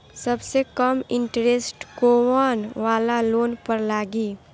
सबसे कम इन्टरेस्ट कोउन वाला लोन पर लागी?